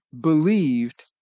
believed